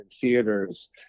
theaters